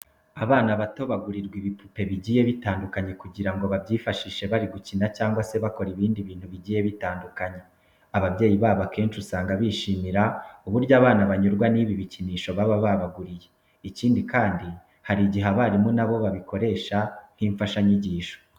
Abana bato bagurirwa ibipupe bigiye bitandukanye kugira ngo babyifashishe bari gukina cyangwa se bakora ibindi bintu bigiye bitandukanye. Ababyeyi babo akenshi usanga bishimira uburyo abana banyurwa n'ibi bikinisho baba babaguriye. Ikindi kandi, hari igihe abarimu na bo babikoresha nk'imfashanyigisho.